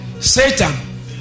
Satan